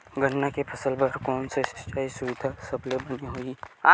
गन्ना के फसल बर कोन से सिचाई सुविधा सबले बने होही?